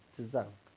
智障